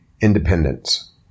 independence